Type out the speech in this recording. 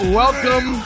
welcome